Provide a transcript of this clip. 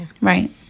Right